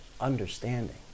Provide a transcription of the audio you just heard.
understanding